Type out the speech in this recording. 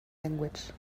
language